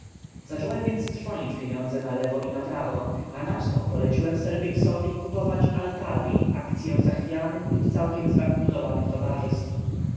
zacząłem więc trwonić pieniądze na lewo i na prawo a nadto poleciłem sir biggsowi kupować al pari akcye zachwianych lub całkiem zbankrutowanych towarzystw